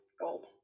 gold